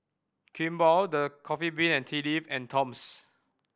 Kimball The Coffee Bean and Tea Leaf and Toms